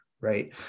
right